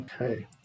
Okay